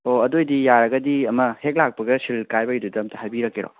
ꯑꯣ ꯑꯗꯨ ꯑꯣꯏꯗꯤ ꯌꯥꯔꯒꯗꯤ ꯑꯃ ꯍꯦꯛ ꯂꯥꯛꯄꯒ ꯁꯤꯜ ꯀꯥꯏꯕꯩꯗꯨꯗ ꯑꯝꯇ ꯍꯥꯏꯕꯤꯔꯛꯀꯦꯔꯣ